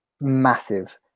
massive